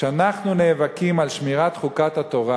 כשאנחנו נאבקים על שמירת חוקת התורה